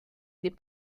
des